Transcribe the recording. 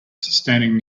standing